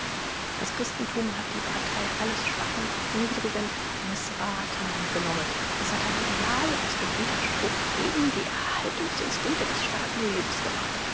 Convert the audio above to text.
das christenthum hat die partei alles schwachen niedrigen mißrathnen genommen es hat ein ideal aus dem widerspruch gegen die erhaltungs instinkte des starken lebens gemacht